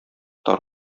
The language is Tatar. тар